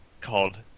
called